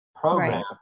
program